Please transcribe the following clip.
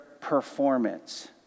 performance